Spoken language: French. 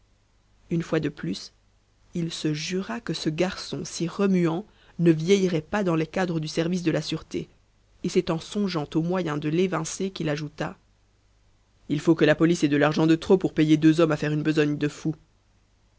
une fois de plus il se jura que ce garçon si remuant ne vieillirait pas dans les cadres du service de la sûreté et c'est en songeant aux moyens de l'évincer qu'il ajouta il faut que la police ait de l'argent de trop pour payer deux hommes à faire une besogne de fou